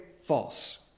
false